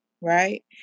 right